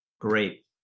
great